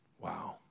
Wow